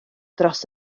dros